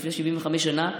לפני 75 שנה,